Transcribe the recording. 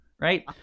right